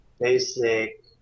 basic